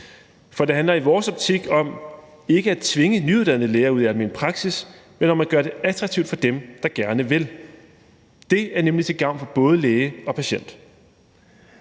for det handler i vores optik om ikke at tvinge nyuddannede læger ud i almen praksis, men om at gøre det attraktivt for dem, der gerne vil, for det er nemlig til gavn for både læge og patient.